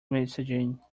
messaging